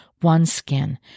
OneSkin